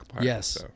Yes